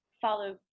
follow